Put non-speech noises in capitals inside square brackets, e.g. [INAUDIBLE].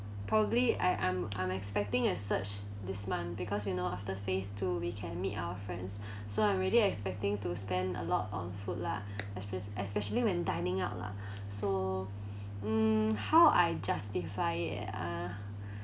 probably I I'm I'm expecting a surge this month because you know after phase two we can meet our friends [BREATH] so I'm already expecting to spend a lot on food lah especial~ especially when dining out lah [BREATH] so um how I justify it uh